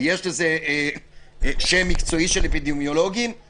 ויש לזה שם מקצועי של אפידמיולוגים, עייפות